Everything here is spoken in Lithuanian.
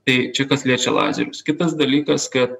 tai čia kas liečia lazerius kitas dalykas kad